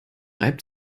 reibt